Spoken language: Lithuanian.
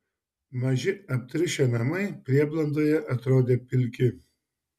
maži aptriušę namai prieblandoje atrodė pilki